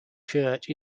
church